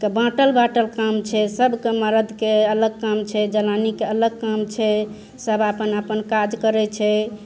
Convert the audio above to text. के बाँटल बाँटल काम छै सबके मरदके अलग काम छै जनानीके अलग काम छै सब अपन अपन काज करै छै